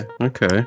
okay